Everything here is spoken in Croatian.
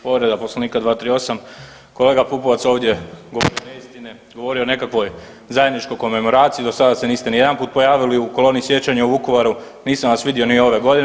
Povreda Poslovnika 238. kolega Pupovac ovdje govori neistine, govori o nekakvoj zajedničkoj komemoraciji, do sada se niste niti jedanput pojavili u Koloni sjećanja u Vukovaru, nisam vas vidio ni ove godine.